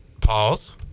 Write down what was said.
Pause